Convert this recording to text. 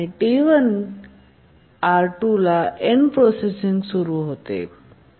T1ला R2 end processing सुरू होते